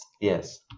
yes